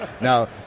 Now